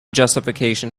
justification